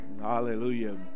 Hallelujah